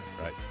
right